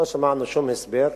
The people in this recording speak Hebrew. לא שמענו שום הסבר.